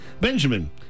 Benjamin